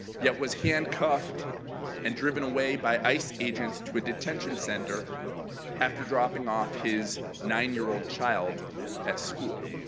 yet was handcuffed and driven away by ice agents to a detention center after dropping off his nine year old child at school.